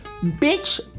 bitch